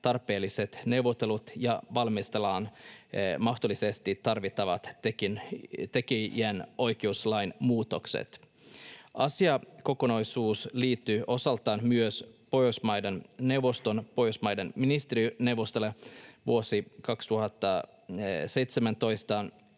tarpeelliset neuvottelut ja valmistellaan mahdollisesti tarvittavat tekijänoikeuslain muutokset. Asiakokonaisuus liittyy osaltaan myös Pohjoismaiden neuvoston Pohjoismaiden ministerineuvostolle vuonna 2017